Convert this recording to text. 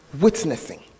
witnessing